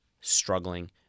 struggling